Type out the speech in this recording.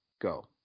go